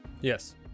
Yes